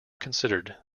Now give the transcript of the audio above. considered